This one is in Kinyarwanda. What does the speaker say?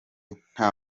nta